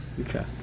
Okay